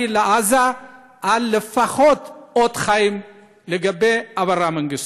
לעזה לפחות קבלת אות חיים מאברה מנגיסטו?